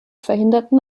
verhinderten